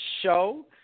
show